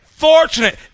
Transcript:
fortunate